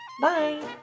Bye